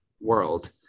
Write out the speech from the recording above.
world